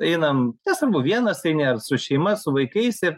einam nesvarbu vienas eini ar su šeima su vaikais ir